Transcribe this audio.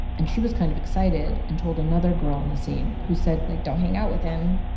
and she was kind of excited and told another girl on the scene, who said. like, don't hang out with him.